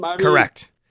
Correct